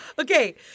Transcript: Okay